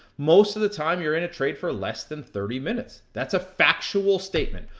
most of the time, you're in a trade for less than thirty minutes. that's a factual statement.